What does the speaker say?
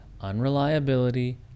Unreliability